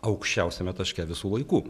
aukščiausiame taške visų laikų